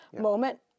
moment